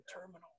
terminal